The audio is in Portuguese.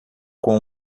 com